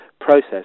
process